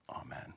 Amen